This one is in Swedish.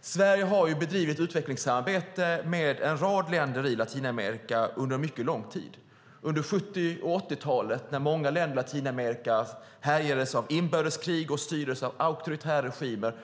Sverige har bedrivit utvecklingssamarbete med en rad länder i Latinamerika under mycket lång tid. Under 70 och 80-talet när många länder i Latinamerika härjades av inbördeskrig och styrdes av auktoritära regimer